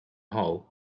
hull